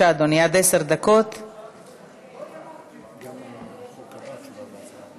אנחנו עוברים להצעת חוק להגדלת שיעור ההשתתפות בכוח